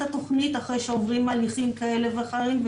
התכנית אחרי שעוברים הליכים כאלה ואחרים,